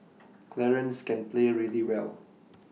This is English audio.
Clarence can play really well